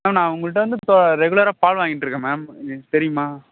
ma'am நான் உங்கள்கிட்ட இருந்து தொ ரெகுலராக பால் வாங்கிட்ருக்கேன் மேம் தெரியுமா